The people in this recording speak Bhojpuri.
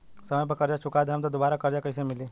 समय पर कर्जा चुका दहम त दुबाराकर्जा कइसे मिली?